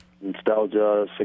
Nostalgia